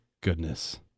goodness